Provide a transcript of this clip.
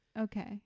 okay